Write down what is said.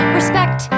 Respect